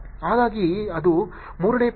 ಹಾಗಾಗಿ ಅದು ಮೂರನೇ ಪ್ರಯೋಗ